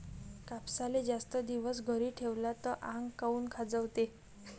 कापसाले जास्त दिवस घरी ठेवला त आंग काऊन खाजवते?